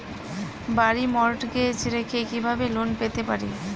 বাড়ি মর্টগেজ রেখে কিভাবে লোন পেতে পারি?